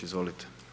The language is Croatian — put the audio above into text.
Izvolite.